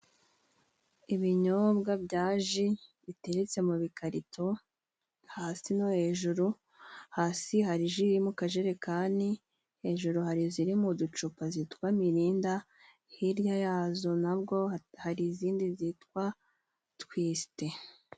Ibinyobwa byaji biteretse mu bikarito hasi no hejuru hasi, hari ji iri mu kajerekani hejuru hariziri mu ducupa zitwa mirinda, hirya yazo nabwo hari izindi zitwa twisite.